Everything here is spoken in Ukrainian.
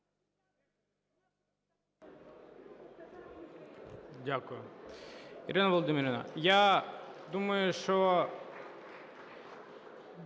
Дякую. Ірина Володимирівна, я думаю, що